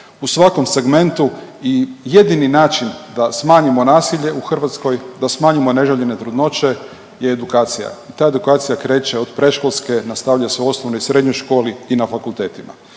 U svakom segmentu i jedini način da smanjimo nasilje u Hrvatskoj, da smanjimo neželjene trudnoće je edukacija. Ta edukacija kreće od predškolske, nastavlja se u osnovnoj i srednjoj školi i na fakultetima.